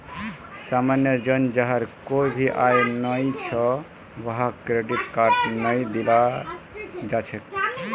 सामान्य जन जहार कोई भी आय नइ छ वहाक क्रेडिट कार्ड नइ दियाल जा छेक